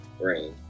brain